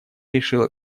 решила